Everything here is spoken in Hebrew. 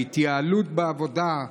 התייעלות בעבודה,